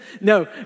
No